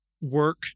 work